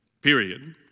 Period